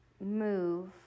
move